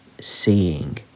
seeing